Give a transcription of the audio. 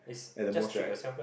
at the most right